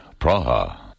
Praha